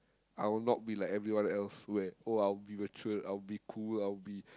I will not be like everyone else where oh I'll be matured I'll cool I'll be